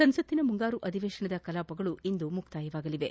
ಸಂಸತ್ತಿನ ಮುಂಗಾರು ಅಧಿವೇಶನದ ಕಲಾಪಗಳು ಇಂದು ಮುಕ್ತಾಯವಾಗಲಿವೆ